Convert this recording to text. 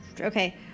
Okay